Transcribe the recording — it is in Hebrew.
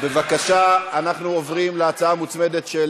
בבקשה, אנחנו עוברים להצעה המוצמדת של